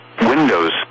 windows